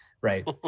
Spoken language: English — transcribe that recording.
right